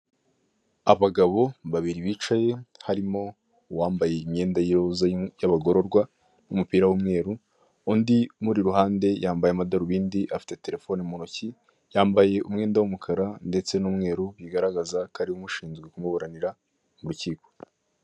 Abagabo babiri bicaye, harimo uwambaye imyenda y'abagororwa n'umupira w'umweru, undi umuri iruhande yambaye amadarubindi, afite telefone mu ntoki, yambaye umwenda w'umukara ndetse n'umweru bigaragaza ko ari we umushinzwe kumuburanira mu kigo.